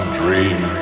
dream